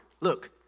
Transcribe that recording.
Look